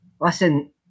Listen